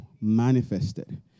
manifested